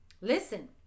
Listen